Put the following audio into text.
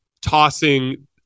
tossing